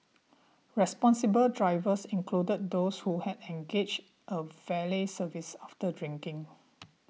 responsible drivers included those who had engaged a valet service after drinking